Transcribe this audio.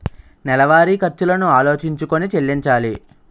నెలవారి ఖర్చులను ఆలోచించుకొని చెల్లించాలి